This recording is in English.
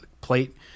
plate